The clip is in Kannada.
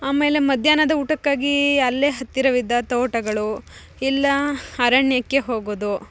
ಆಮೇಲೆ ಮಧ್ಯಾಹ್ನದ ಊಟಕ್ಕಾಗಿ ಅಲ್ಲೇ ಹತ್ತಿರವಿದ್ದ ತೋಟಗಳು ಇಲ್ಲ ಅರಣ್ಯಕ್ಕೆ ಹೋಗೋದು